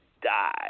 die